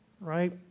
Right